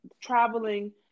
traveling